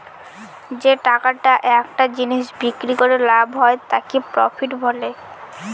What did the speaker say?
যে টাকাটা একটা জিনিস বিক্রি করে লাভ হয় তাকে প্রফিট বলে